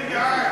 בעד.